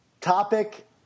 Topic